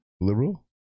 liberal